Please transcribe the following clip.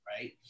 Right